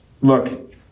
look